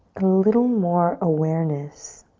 a little more awareness